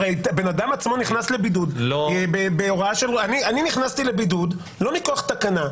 הרי בן אדם עצמו נכנס לבידוד בהוראה אני נכנסתי לבידוד לא מכוח תקנה,